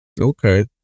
Okay